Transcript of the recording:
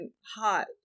hot